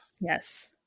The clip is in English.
yes